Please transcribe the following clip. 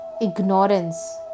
ignorance